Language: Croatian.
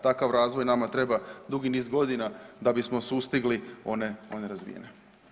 Takav razvoj nama treba dugi niz godina da bismo sustigli one razvijene.